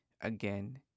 Again